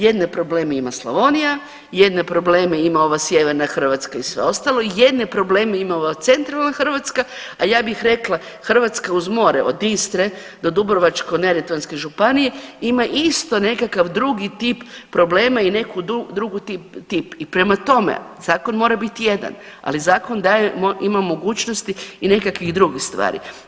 Jedne probleme ima Slavonija, jedne probleme ima ova sjeverna Hrvatska i sve ostalo, jedne probleme ima ova centralna Hrvatska, a ja bih rekla Hrvatska uz more od Iste do Dubrovačko-neretvanske županije ima isto nekakav drugi tip problema i neku drugu tip i prema tome zakon mora biti jedan, ali zakon daje, ima mogućnosti i nekakvih drugih stvari.